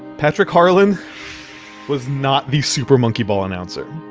patrick harlan was not the super monkey ball announcer.